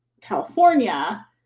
California